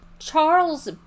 Charles